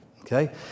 Okay